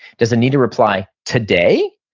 does it need a reply today?